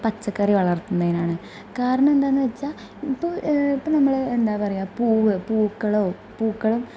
പച്ചക്കറി വളർത്തുന്നതിനാണ് കാരണം എന്താണെന്ന് വെച്ചാൽ ഇപ്പം ഇപ്പോൾ നമ്മൾ എന്താണ് പറയുക പൂവ് പൂക്കളോ പൂക്കൾ